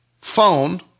phone